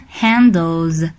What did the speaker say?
handles